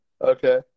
Okay